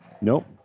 Nope